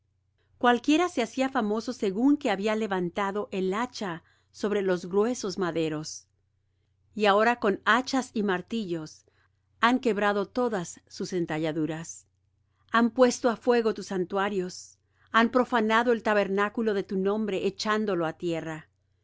cualquiera se hacía famoso según que había levantado el hacha sobre los gruesos maderos y ahora con hachas y martillos han quebrado todas sus entalladuras han puesto á fuego tus santuarios han profanado el tabernáculo de tu nombre echándolo á tierra